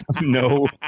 No